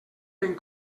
ben